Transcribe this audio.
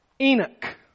Enoch